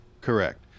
Correct